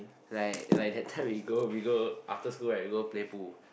right like that time we go we go after school right we go play pool